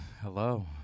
Hello